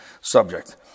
subject